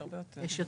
יש יותר.